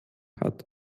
hat